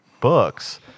books